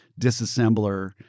disassembler